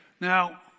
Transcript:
Now